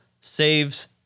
saves